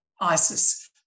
ISIS